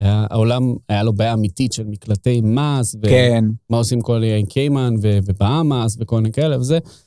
העולם, היה לו בעיה אמיתית של מקלטי מאז, כן. ומה עושים כל איי קיימן, ובאהמאס וכל מיני כאלה, וזה.